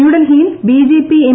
ന്യൂഡൽഹിയിൽ BJP M